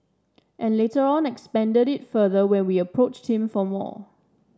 and later on expanded it further when we will approached him for more